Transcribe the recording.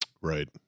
Right